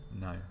No